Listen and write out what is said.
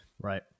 Right